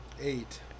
eight